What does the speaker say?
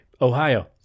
Ohio